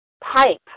pipe